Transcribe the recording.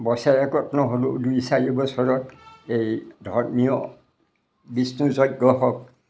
বছৰেকত নহ'লেও দুই চাৰি বছৰত এই ধৰ্মীয় বিষ্ণু যজ্ঞ হওক